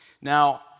Now